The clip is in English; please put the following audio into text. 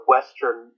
Western